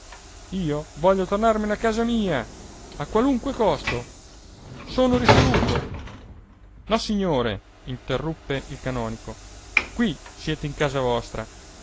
io voglio tornarmene a casa mia a qualunque costo sono risoluto nossignore interruppe il canonico qui siete in casa vostra